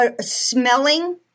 smelling